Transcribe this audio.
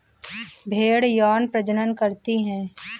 भेड़ यौन प्रजनन करती है